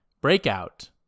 Breakout